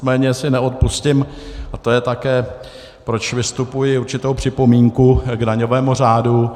Nicméně si neodpustím, a to je také, proč vystupuji, určitou připomínku k daňovému řádu.